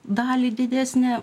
dalį didesnę